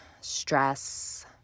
stress